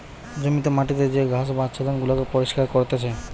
জমিতে মাটিতে যে ঘাস বা আচ্ছাদন গুলাকে পরিষ্কার করতিছে